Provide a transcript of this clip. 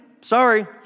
Sorry